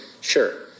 sure